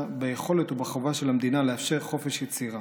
ביכולת ובחובה של המדינה לאפשר חופש יצירה.